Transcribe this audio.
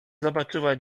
zobaczyła